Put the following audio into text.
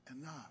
enough